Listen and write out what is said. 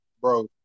bro